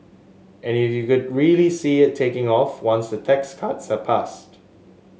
and you could really see it taking off once the tax cuts are passed